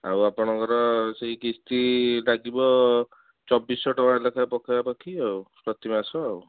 ଆଉ ଆପଣଙ୍କର ସେଇ କିସ୍ତିଟା ଯିବ ଚବିଶ ଶହ ଟଙ୍କା ଲେଖାଏଁ ପାଖାପାଖି ଆଉ ପ୍ରତି ମାସ ଆଉ